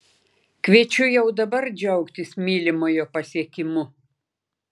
kviečiu jau dabar džiaugtis mylimojo pasiekimu